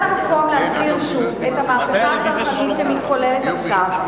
כאן המקום להסביר שוב את המהפכה הצרכנית שמתחוללת עכשיו.